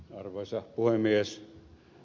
arvoisa puhemies